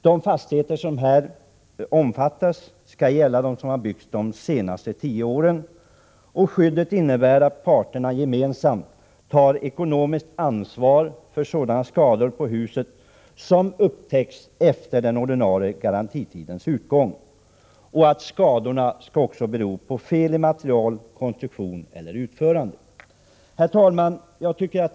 Det gäller alltså fastigheter som har byggts de senaste tio åren. Skyddet innebär att parterna gemensamt tar ekonomiskt ansvar för sådana skador på huset som upptäcks efter den ordinarie garantitidens utgång. Skadorna skall också bero på fel i material, konstruktion eller utförande. Herr talman!